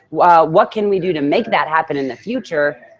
what can we do to make that happen in the future.